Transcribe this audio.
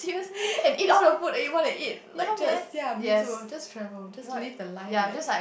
and eat all the food that you want to eat like just ya me too just travel just live the life like